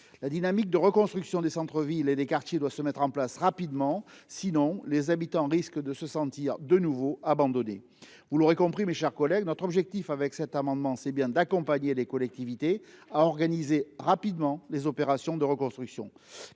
La dynamique de reconstruction des centres villes et des quartiers doit être rapidement engagée. Sinon, les habitants risquent de se sentir de nouveau abandonnés. Vous l’aurez compris, mes chers collègues, notre objectif est bien d’accompagner les collectivités pour qu’elles organisent rapidement les opérations de reconstruction.